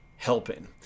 helping